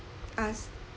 us